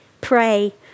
pray